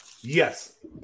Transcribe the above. yes